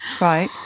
Right